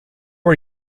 are